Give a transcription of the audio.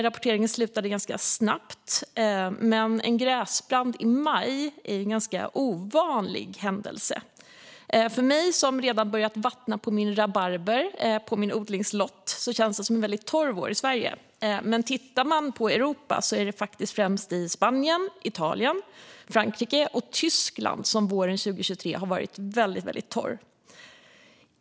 Rapporteringen slutade ganska snabbt, men en gräsbrand i maj är en ganska ovanlig händelse. För mig, som redan har börjat vattna min rabarber på min odlingslott, känns det som en väldigt torr vår i Sverige. Men tittar man på Europa är det faktiskt främst i Spanien, Italien, Frankrike och Tyskland som våren 2023 har varit väldigt torr.